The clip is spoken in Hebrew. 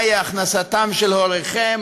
מהי הכנסתם של הוריכם